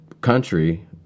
country